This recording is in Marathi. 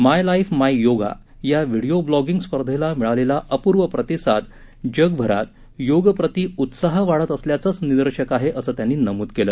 माय लाईफ माय योगा या व्हिडिओ ब्लॉगिंग स्पर्धेला मिळालेला अपूर्व प्रतिसाद जगभरात योगप्रति उत्साह वाढत असल्याचं निदर्शक आहे असं त्यांनी नमूद केलं